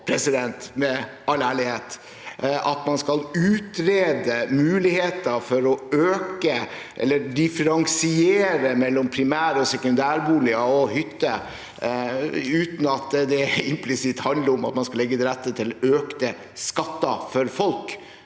tro på – med all ærlighet – at man skal utrede muligheten for å øke eller differensiere mellom primærboliger, sekundærboliger og hytter uten at det implisitt handler om at man skal legge til rette for økte skatter for folk.